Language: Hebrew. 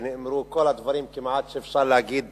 ונאמרו כל הדברים כמעט שאפשר להגיד